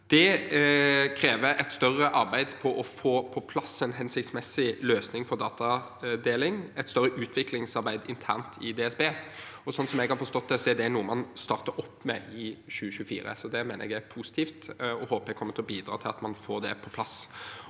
Det kreves et større arbeid for å få på plass en hensiktsmessig løsning for datadeling, et større utviklingsarbeid internt i DSB. Slik jeg har forstått det, er det noe man starter opp med i 2024. Det mener jeg er positivt, og jeg håper det kommer til å bidra til at man få det på plass.